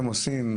העשייה.